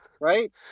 right